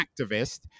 activist